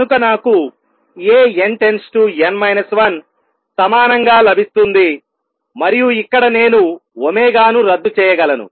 కనుక నాకు A n →n 1 సమానంగా లభిస్తుంది మరియు ఇక్కడ నేను ఒమేగా ను రద్దు చేయగలను